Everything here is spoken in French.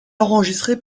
enregistré